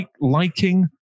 liking